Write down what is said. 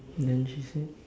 then she said